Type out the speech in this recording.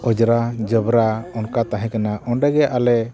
ᱚᱸᱡᱽᱨᱟ ᱡᱚᱵᱽᱨᱟ ᱚᱱᱠᱟ ᱛᱟᱦᱮᱸ ᱠᱟᱱᱟ ᱚᱸᱰᱮᱜᱮ ᱟᱞᱮ